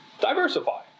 diversify